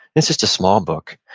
it's just a small book,